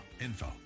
info